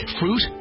fruit